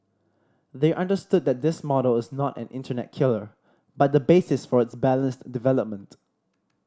they understood that this model is not an internet killer but the basis for its balanced development